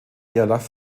gerlach